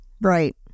Right